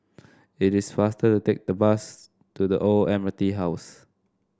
it is faster to take the bus to The Old Admiralty House